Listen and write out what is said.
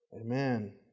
Amen